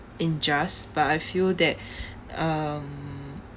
injust but I feel that um